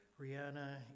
Rihanna